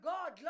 God